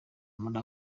muri